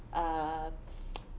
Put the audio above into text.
uh